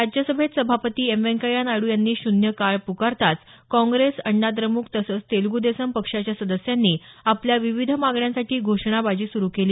राज्यसभेत सभापती एम व्यंकय्या नायडू यांनी शून्य काळ प्रकारताच काँग्रेस अण्णाद्रमुक तसंच तेलगु देसम पक्षाच्या सदस्यांनी आपल्या विविध मागण्यांसाठी घोषणाबाजी सुरू केली